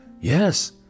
Yes